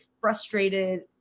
frustrated